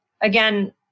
again